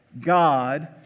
God